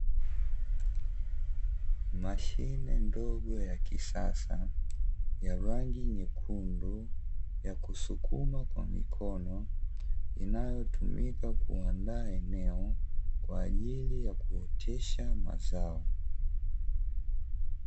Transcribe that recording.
Mashine ndogo ya kisasa ya rangi nyekundu ya kusukuma kwa mikono, inayotumika kuandaa eneo kwa ajili ya kuotesha mazao.